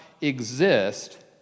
exist